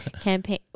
campaign